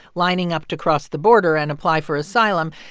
lining up to cross the border and apply for asylum,